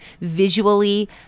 visually